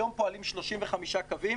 היום פועלים 35 קווים